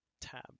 tab